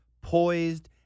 poised